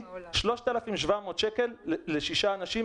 3,700 שקלים לשישה אנשים,